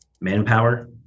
manpower